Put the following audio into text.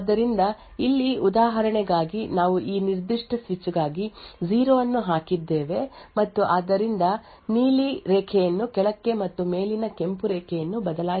ಆದ್ದರಿಂದ ಇಲ್ಲಿ ಉದಾಹರಣೆಗಾಗಿ ನಾವು ಈ ನಿರ್ದಿಷ್ಟ ಸ್ವಿಚ್ ಗಾಗಿ 0 ಅನ್ನು ಹಾಕಿದ್ದೇವೆ ಮತ್ತು ಆದ್ದರಿಂದ ಅದು ನೀಲಿ ರೇಖೆಯನ್ನು ಕೆಳಕ್ಕೆ ಮತ್ತು ಮೇಲಿನ ಕೆಂಪು ರೇಖೆಯನ್ನು ಬದಲಾಯಿಸುತ್ತದೆ ಮತ್ತು ಹೀಗೆ ಮಾಡುತ್ತದೆ